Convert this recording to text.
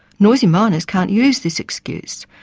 noisy miners can't use this excuse.